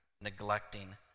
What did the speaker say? neglecting